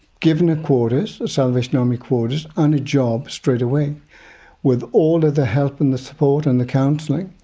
given quarters, salvation army quarters, and a job straight away with all of the help and the support and the counselling,